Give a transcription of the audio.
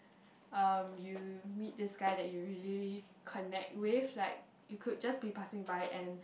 um you meet this guy that you usually connect with like you could just be passing by and